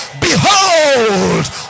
Behold